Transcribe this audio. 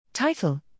Title